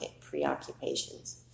preoccupations